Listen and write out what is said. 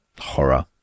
horror